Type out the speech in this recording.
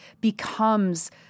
becomes